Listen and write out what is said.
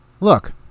Look